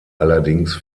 allerdings